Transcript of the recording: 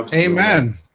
um amen